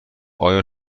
آیا